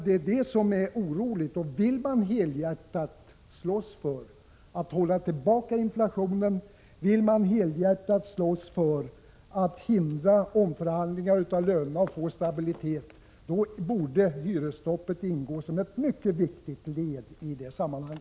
Det är detta som är oroande. Vill man helhjärtat slåss för att hålla tillbaka inflationen och för att hindra omförhandlingar av lönerna och få stabilitet borde hyresstoppet ingå som ett mycket viktigt led i detta sammanhang.